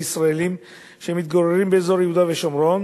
ישראלים שמתגוררים באזור יהודה ושומרון